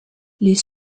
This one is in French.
les